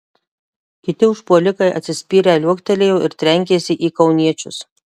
kiti užpuolikai atsispyrę liuoktelėjo ir trenkėsi į kauniečius